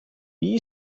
wie